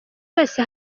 wese